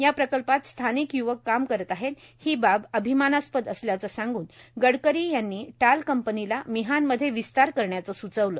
या प्रकल्पात स्थानिक य्वक काम करत आहेतए ही बाब अभिमानास्पद असल्याचं सांगून गडकरी यांनी टाल कंपनीला मिहानमध्ये विस्तार करण्याचं सुचविलं